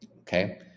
Okay